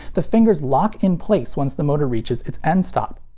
the fingers lock in place once the motor reaches its end stop.